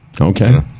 Okay